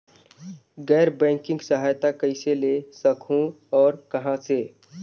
गैर बैंकिंग सहायता कइसे ले सकहुं और कहाँ से?